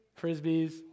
frisbees